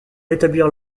rétablir